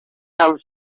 have